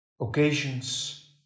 occasions